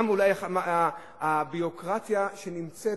אולי גם הביורוקרטיה שנמצאת